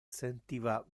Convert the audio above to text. sentiva